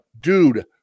dude